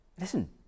Listen